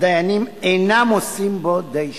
הדיינים אינם עושים בו די שימוש.